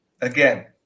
again